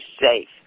safe